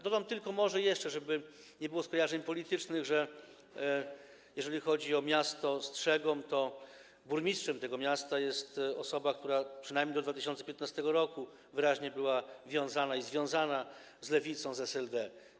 Dodam tylko jeszcze, żeby nie było skojarzeń politycznych, że jeżeli chodzi o miasto Strzegom, to burmistrzem tego miasta jest osoba, która przynajmniej do 2015 r. była wyraźnie wiązana i związana z lewicą, z SLD.